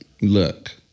look